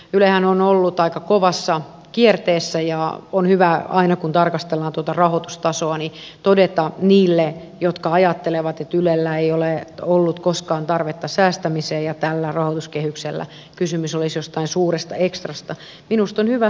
ylehän on ollut aika kovassa kierteessä ja on hyvä aina kun tarkastellaan tuota rahoitustasoa todeta niille jotka ajattelevat että ylellä ei ole ollut koskaan tarvetta säästämiseen ja että tällä rahoituskehyksellä kysymys olisi jostain suuresta ekstrasta